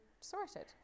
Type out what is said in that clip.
sorted